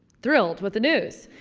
thrilled with the news.